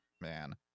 Man